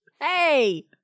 Hey